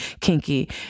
kinky